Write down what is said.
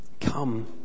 come